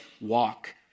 walk